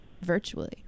virtually